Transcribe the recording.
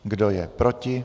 Kdo je proti?